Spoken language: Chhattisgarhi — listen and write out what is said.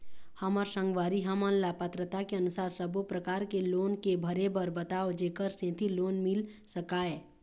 हमर संगवारी हमन ला पात्रता के अनुसार सब्बो प्रकार के लोन के भरे बर बताव जेकर सेंथी लोन मिल सकाए?